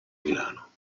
milano